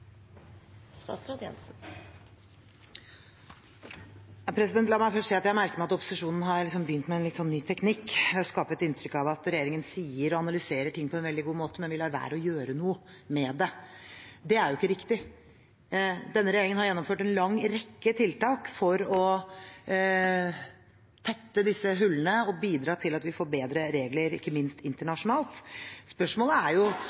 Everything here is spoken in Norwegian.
La meg først si at jeg merker meg at opposisjonen har begynt med en ny teknikk ved at de prøver å skape et inntrykk av at regjeringen sier og analyserer ting på en veldig god måte, men vi lar være å gjøre noe med det. Det er ikke riktig. Denne regjeringen har gjennomført en lang rekke tiltak for å tette disse hullene og bidra til at vi får bedre regler, ikke minst internasjonalt. I iveren etter å vinne kappløpet om hvem som fremmer flest forslag i dette spørsmålet,